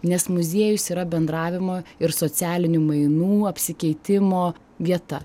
nes muziejus yra bendravimo ir socialinių mainų apsikeitimo vieta